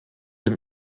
dem